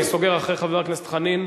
אני סוגר אחרי חבר הכנסת חנין,